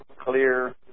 clear